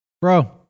bro